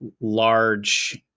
large